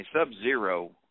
sub-zero